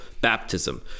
baptism